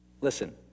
Listen